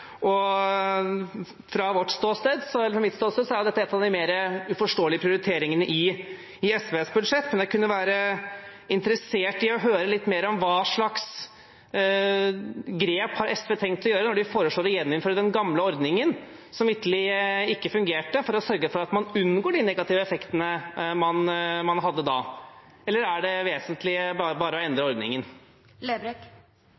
Fra mitt ståsted er dette en av de mer uforståelige prioriteringene i SVs budsjett. Men jeg kunne være interessert i å høre litt mer om hva slags grep SV har tenkt å gjøre når de foreslår å gjeninnføre den gamle ordningen, som vitterlig ikke fungerte, for å sørge for at man unngår de negative effektene man hadde da. Eller er det vesentlige bare å